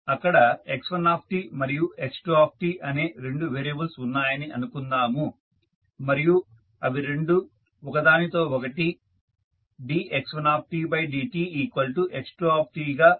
అక్కడ x1 మరియు x2 అనే రెండు వేరియబుల్స్ ఉన్నాయని అనుకుందాము మరియు అవి రెండూ ఒకదానితో ఒకటి dx1dtx2t గా సంబంధాన్ని కలిగి ఉంటాయి